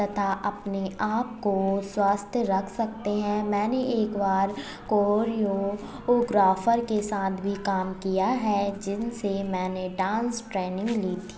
तथा अपने आपको स्वस्थ रख सकते हैं मैंने एकबार कोरियोग्राफ़र के साथ भी काम किया है जिनसे मैंने डान्स ट्रेनिन्ग ली थी